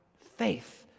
faith